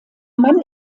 mann